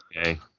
okay